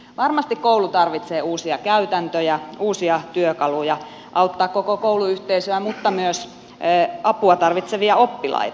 varmasti koulu tarvitsee uusia käytäntöjä uusia työkaluja auttaa koko kouluyhteisöä mutta myös apua tarvitsevia oppilaita